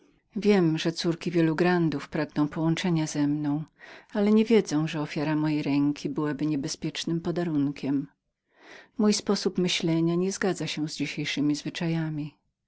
wiem że córki pierwszych panów pragną połączenia ze mną ale nie wiedzą że ofiara mojej ręki jest niebezpiecznym podarunkiem mój sposób myślenia nie może zgodzić się z dzisiejszemi zwyczajami